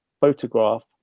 photograph